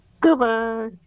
Goodbye